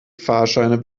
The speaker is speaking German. fahrscheine